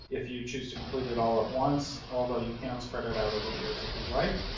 if you choose to complete it all at once. although you can spread it out over years if you'd like,